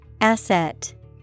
Asset